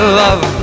love